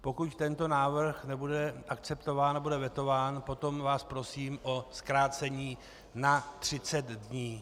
Pokud tento návrh nebude akceptován a bude vetován, potom vás prosím o zkrácení na 30 dní.